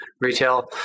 retail